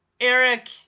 Eric